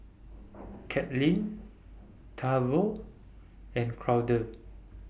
Katelynn Tavon and Claude